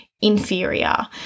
inferior